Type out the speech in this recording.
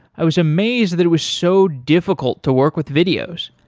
i was amazed that it was so difficult to work with videos.